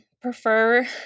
prefer